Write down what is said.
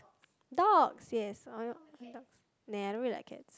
dogs yes oh-my-g~ nah I don't really like cats